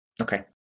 Okay